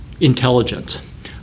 intelligence